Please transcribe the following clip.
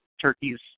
turkey's